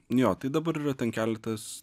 jo tai dabar yra ten keletas